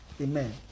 Amen